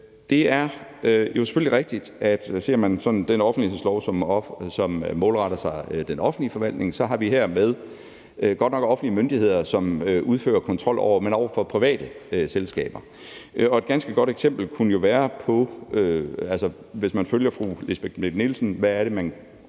Det er jo selvfølgelig rigtigt, at ser man på den offentlighedslov, som er målrettet den offentlige forvaltning, har vi her at gøre med godt nok offentlige myndigheder, som udfører kontrol, men over for private selskaber. Et ganske godt eksempel kunne være – hvis man følger fru Lisbeth Bech-Nielsens